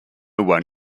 one